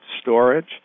storage